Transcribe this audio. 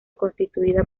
constituida